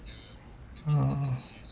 ah